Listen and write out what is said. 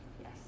Yes